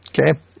Okay